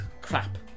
Crap